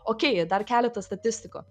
okei dar keletas statistikų